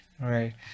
Right